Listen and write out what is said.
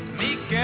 meek